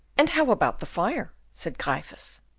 and how about the fire? said gryphus.